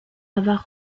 avoir